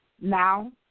now